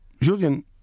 Julian